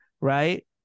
right